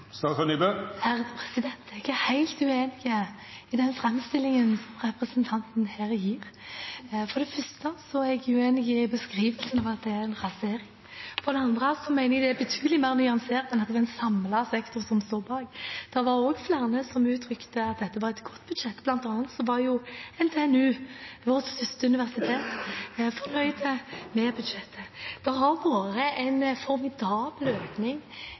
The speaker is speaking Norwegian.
Jeg er helt uenig i den fremstillingen representanten Fagerås her gir. For det første er jeg uenig i beskrivelsen av at det er «en rasering». For det andre mener jeg det er betydelig mer nyansert enn at det er en samlet sektor som står bak. Det var også flere som uttrykte at dette var et godt budsjett. Blant annet var NTNU, vårt største universitet, fornøyd med budsjettet. Det har vært en